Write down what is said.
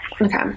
Okay